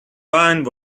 wine